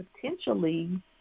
potentially